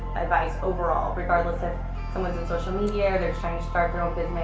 advice, overall? regardless if someone's in social media, they're trying to start their own business.